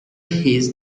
his